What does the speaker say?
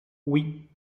oui